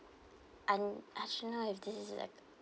I I don't know if this is like